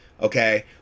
Okay